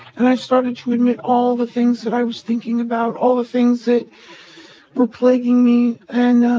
and i started to admit all the things that i was thinking about, all the things that were plaguing me. and um,